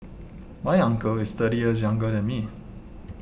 my uncle is thirty years younger than me